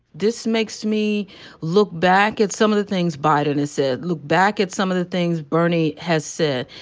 this makes me look back at some of the things biden has said, look back at some of the things bernie has said,